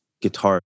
guitar